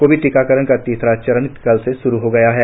Covid टीकाकरण का तीसरा चरण कल से श्रू हो गया है